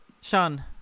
Sean